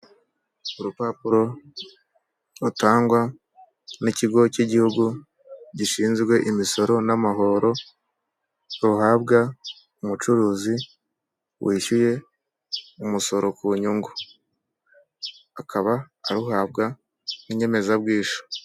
Urupapuro rutangwa n'ikigo cy'igihugu gishinzwe imisoro namahoro ruhabwa umucuruzi wishyuye umusoro ku nyungu akaba aruhabwa n'inyemezabwishyu.